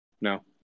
No